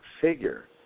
figure